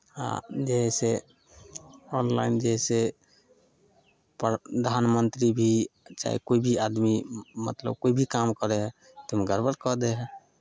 आ जे हइ से ऑनलाइन जे हइ से प्रधानमन्त्री भी चाहे कोइ भी आदमी मत् मतलब कोइ भी काम करै हइ तऽ ओहिमे गड़बड़ कऽ दै हइ